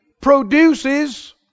produces